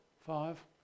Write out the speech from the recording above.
Five